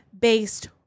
based